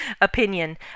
opinion